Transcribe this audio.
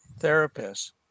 therapists